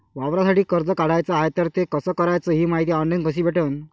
वावरासाठी कर्ज काढाचं हाय तर ते कस कराच ही मायती ऑनलाईन कसी भेटन?